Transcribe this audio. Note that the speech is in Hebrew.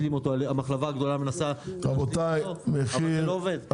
המחלבה הגדולה מנסה להשלים אותו אבל זה לא עובד --- רבותיי,